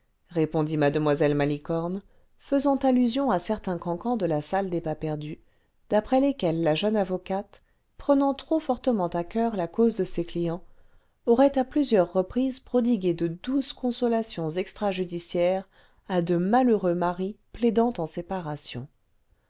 répondit mlle malicorne faisant faisant a certains cancans ae la salle des pas perdus a après lesquels la jeune avocate prenant trop fortement à coeur la cause de ses clients aurait à plusieurs reprises prodigué de douces consolations extra judiciaires à de malheureux maris plaidant en séparation